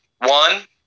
One